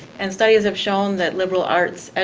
and studies have shown that liberal arts and